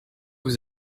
vous